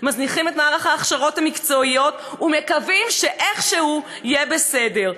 מזניחים את מערך ההכשרות המקצועיות ומקווים שאיכשהו יהיה בסדר.